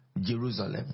Jerusalem